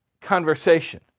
conversation